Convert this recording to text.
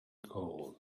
gold